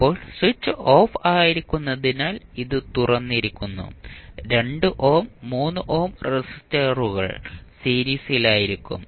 ഇപ്പോൾ switch off ആയിരിക്കുമ്പോൾ ഇത് തുറന്നിരിക്കുന്നു 2 ഓം 3 ഓം റെസിസ്റ്റൻസുകൾ സീരീസിലായിരിക്കും